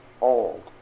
old